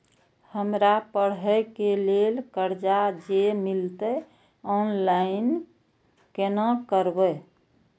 हमरा पढ़े के लेल कर्जा जे मिलते ऑनलाइन केना करबे?